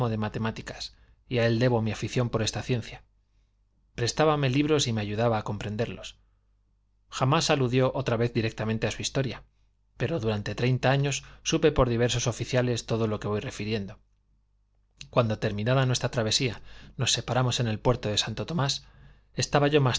de matemáticas y a él debo mi afición por esta ciencia prestábame libros y me ayudaba a comprenderlos jamás aludió otra vez directamente a su historia pero durante treinta años supe por diversos oficiales todo lo que voy refiriendo cuando terminada nuestra travesía nos separamos en el puerto de santo tomás estaba yo